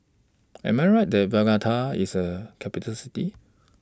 Am I Right that IS A Capital City